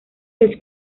los